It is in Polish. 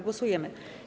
Głosujemy.